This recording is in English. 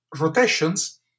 rotations